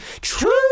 True